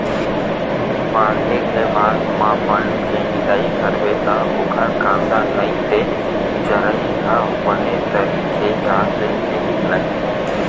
बाड़हे के बाद म बन के निंदई करबे त ओखर कांदा नइ ते जरई ह बने तरी के जात ले नइ निकलय